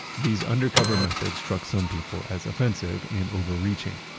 these undercover methods struck some people as offensive and overreaching.